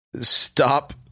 stop